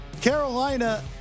Carolina